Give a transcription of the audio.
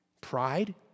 Pride